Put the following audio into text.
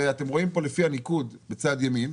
אתם רואים פה לפי הניקוד בצד ימין.